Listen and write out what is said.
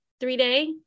three-day